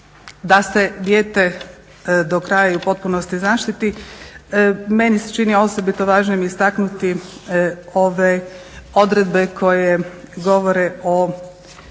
da se dijete do kraja i u potpunosti zaštiti. Meni se čini osobito važnim istaknuti ove odredbe koje govore o